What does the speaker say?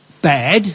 Bad